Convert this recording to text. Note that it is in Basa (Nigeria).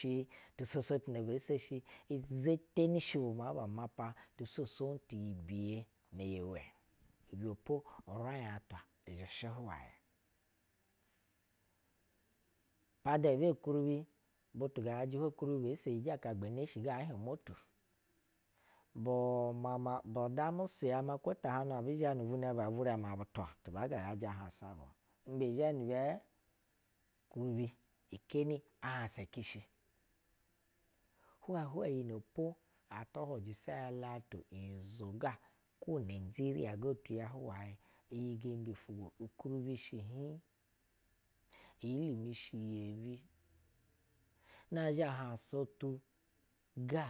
Tii tu so so tun a be seshi ti zeteni shi bu maa ba mapa tu swob swob t iyi biye n iyi wɛ-o ibɛ po uraih atwa zhɛshɛ huwayɛ pada be kuribi butu ga yajɛ hwaɛ ukuribi bo so yi kwa pada motu bu ma ma bud amu suya kwo tahabnu abu zhɛ ni vunɛ bɛ vurɛ ma bu twa-o tub a yajɛ ahahsa bu imbe zhɛ ni bɛɛ? Ukuribi keni a hansa cishi. Hwehwe iyi nɛ po ati hujɛsa alatu uriyizo ga kwo najeriya ga tu k huwaye go, unyizo njɛ fu ukuribi shɛ hin iyi wɛ shɛ yi wɛ, nazhɛ ahusatu ga